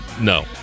no